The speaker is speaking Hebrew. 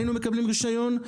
היינו מקבלים רישיון,